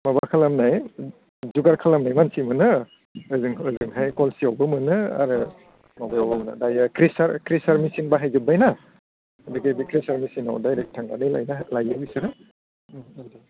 माबा खालामनाय जुगार खालामनाय मानसि मोनो ओजोंहाय खलसियावबो मोनो आरो माबायावबो मोनो दायो क्रासार क्रासार मेचिन बाहाय जोब्बायना बेबायदि क्रासार मेचिनाव डाइरेक्ट थांनानै लायो बिसोरो ओम जाबाय दे